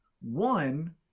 one